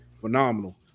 phenomenal